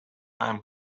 i’m